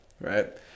right